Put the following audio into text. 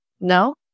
no